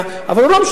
בלי טלוויזיה,